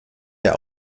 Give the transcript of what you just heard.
der